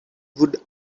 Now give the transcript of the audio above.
would